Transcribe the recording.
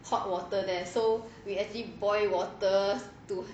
hot water there so we actually boil water to